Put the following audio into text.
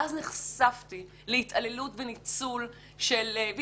ואז נחשפתי להתעללות וניצול והגעתי